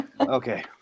Okay